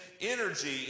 energy